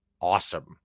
awesome